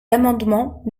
l’amendement